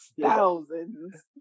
thousands